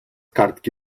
kartki